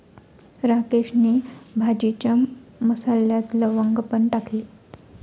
राकेशने भाजीच्या मसाल्यात लवंग पण टाकली